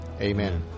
Amen